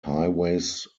highways